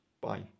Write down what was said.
Bye